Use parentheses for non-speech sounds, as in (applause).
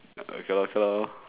(noise) okay lor okay lor